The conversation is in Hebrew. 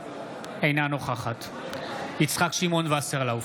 אינה נוכחת יצחק שמעון וסרלאוף,